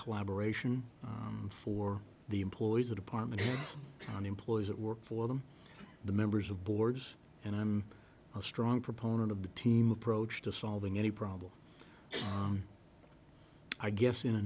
collaboration for the employees the department on employees that work for them the members of boards and i'm a strong proponent of the team approach to solving any problem i guess in a